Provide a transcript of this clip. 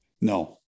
No